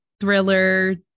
thriller